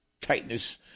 tightness